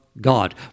God